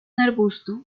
arbusto